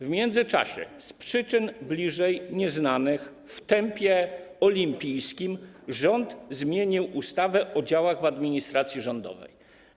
W tym czasie z przyczyn bliżej nieznanych w tempie olimpijskim rząd zmienił ustawę o działach administracji rządowej.